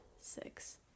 six